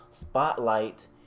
spotlight